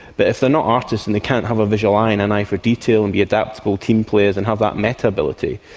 but if they're not artists and they can't have a visual eye and an eye to detail and be adaptable team players and have that meta ability,